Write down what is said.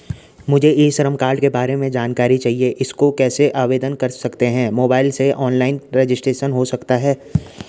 मुझे e Shram card के बारे में जानकारी चाहिए इसको कैसे आवेदन कर सकते हैं मोबाइल से ऑनलाइन रजिस्ट्रेशन हो सकता है?